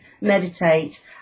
meditate